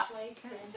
חד משמעית כן.